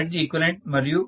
u లో ఉన్న Zeq మరియు p